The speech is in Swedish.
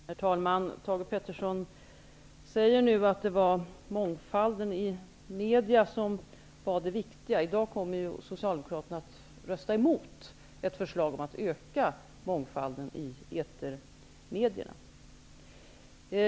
Herr talman! Thage G Peterson säger nu att det var mångfalden i media som var det viktiga. I dag kommer Socialdemokraterna att rösta emot ett förslag om att öka mångfalden i etermedierna.